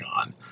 on